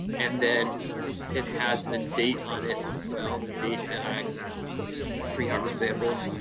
and then it has the date on it as well, the date that i pre-harvest sampled.